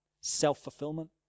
self-fulfillment